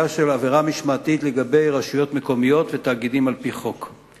של עבירה משמעתית ברשויות מקומיות ובתאגידים על-פי חוק.